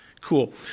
cool